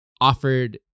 offered